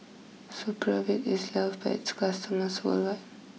Supravit is loved by its customers worldwide